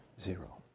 Zero